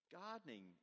gardening